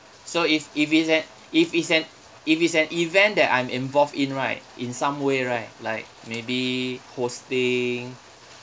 so if if it's an if it's an if it's an event that I'm involved in right in some way right like maybe hosting